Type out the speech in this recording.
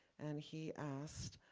and he asked,